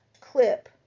clip